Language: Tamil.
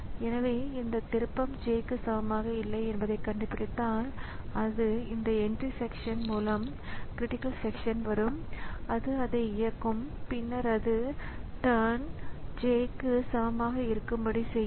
எனவே பொதுவாக நீங்கள் ஒரு யுனிக்ஸ் ஆப்பரேட்டிங் ஸிஸ்டத்தை துவக்கினால் இந்த வகை தகவல்களை init மற்றும் அனைத்தையும் திரையில் நீங்கள் காணலாம் பின்னர் பல கோரிக்கைகள் தொடங்கப்படுவதை காணலாம்